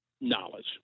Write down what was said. knowledge